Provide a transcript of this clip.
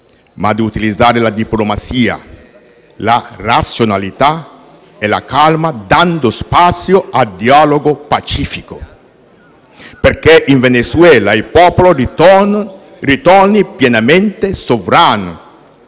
ma di utilizzare la diplomazia, la razionalità e la calma, dando spazio a un dialogo pacifico, perché in Venezuela il popolo ritorni pienamente sovrano